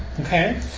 Okay